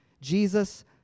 Jesus